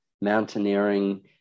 mountaineering